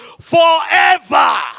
forever